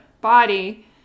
body